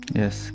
yes